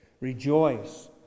rejoice